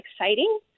exciting